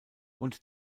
und